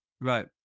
Right